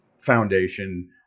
foundation